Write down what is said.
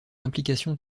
implications